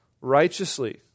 righteously